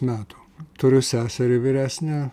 metų turiu seserį vyresnę